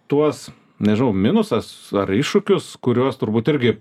tuos nežinau minusas ar iššūkius kuriuos turbūt irgi